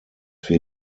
wir